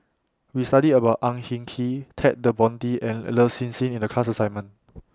We studied about Ang Hin Kee Ted De Ponti and Lin Hsin Hsin in The class assignment